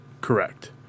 correct